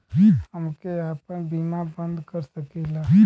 हमके आपन बीमा बन्द कर सकीला?